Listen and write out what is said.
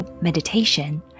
meditation